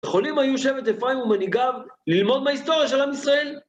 יכולים היו שבט אפרים ומנהיגיו ללמוד מההיסטוריה של עם ישראל?